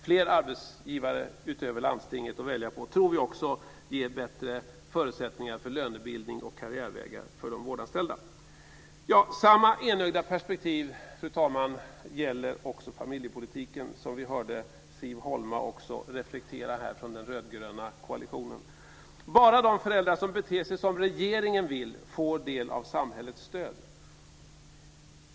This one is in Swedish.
Fler arbetsgivare utöver landstinget att välja på tror vi också ger bättre förutsättningar för lönebildning och karriärvägar för de vårdanställda. Fru talman! Samma enögda perspektiv gäller familjepolitiken, som vi hörde Siv Holma från den rödgröna koalitionen reflektera över. Bara de föräldrar som beter sig som regeringen vill får del av samhällets stöd.